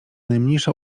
najmniejsza